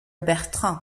bertrand